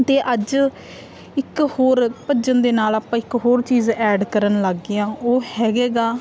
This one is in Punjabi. ਅਤੇ ਅੱਜ ਇੱਕ ਹੋਰ ਭੱਜਣ ਦੇ ਨਾਲ ਆਪਾਂ ਇੱਕ ਹੋਰ ਚੀਜ਼ ਐਡ ਕਰਨ ਲੱਗ ਗਏ ਹਾਂ ਉਹ ਹੈਗੇ ਗਾ